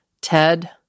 Ted